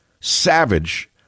SAVAGE